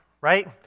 right